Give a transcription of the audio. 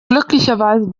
glücklicherweise